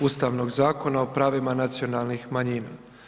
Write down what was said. Ustavnog Zakona o pravima nacionalnih manjina.